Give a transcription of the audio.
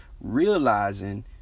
realizing